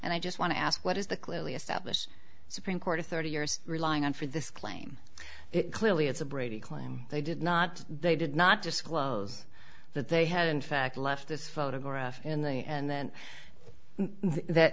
and i just want to ask what is the clearly established supreme court of thirty years relying on for this claim clearly it's a brady claim they did not they did not just close that they had in fact left this photograph in the and then